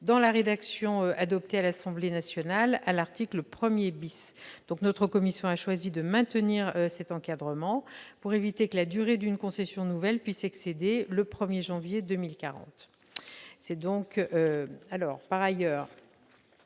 dans la rédaction adoptée à l'Assemblée nationale. Notre commission a choisi de maintenir cet encadrement pour éviter que la durée d'une concession nouvelle puisse excéder le 1 janvier 2040.